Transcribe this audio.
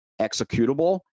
executable